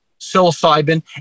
psilocybin